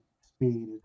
speed